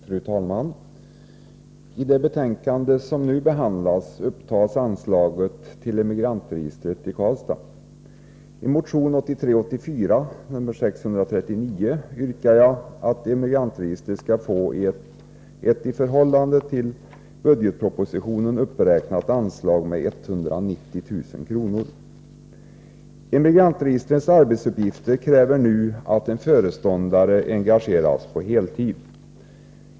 Fru talman! I det betänkande som nu behandlas upptas anslaget till Emigrantregistret i Karlstad. I motion 1983/84:639 yrkar jag att Emigrantregistret skall få ett i förhållande till budgetpropositionen med 190 000 kr. uppräknat anslag. Emigrantregistrets arbetsuppgifter kräver nu att en föreståndare engageras på heltid.